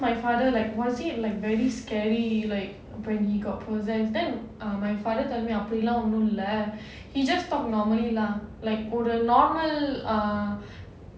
my father like was it like very scary like when he got possessed then uh my father அப்டிலா ஒன்னும் இல்ல:apdilaa onnum illa he just talk normally lah like ஒரு:oru normal err